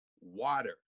water